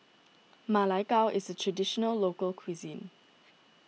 Ma Lai Gao is a Traditional Local Cuisine